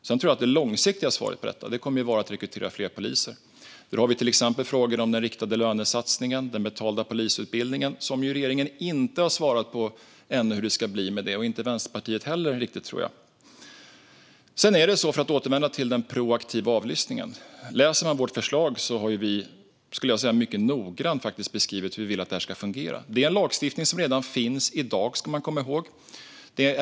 Sedan tror jag att det långsiktiga svaret på detta kommer att vara att rekrytera fler poliser. Där har vi till exempel frågor om den riktade lönesatsningen och den betalda polisutbildningen. Regeringen har ännu inte svarat på hur det ska bli med det, och inte Vänsterpartiet heller, tror jag. Jag ska återvända till frågan om den proaktiva avlyssningen. Läser man vårt förslag har vi mycket noggrant beskrivit hur vi vill att det ska fungera. Man ska komma ihåg att det är en lagstiftning som redan finns i dag.